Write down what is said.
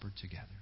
together